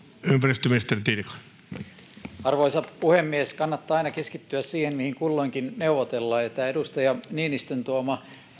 arvoisa puhemies kannattaa aina keskittyä siihen mistä kulloinkin neuvotellaan edustaja niinistön tuoma